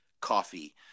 Coffee